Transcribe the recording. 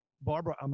Barbara